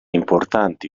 importanti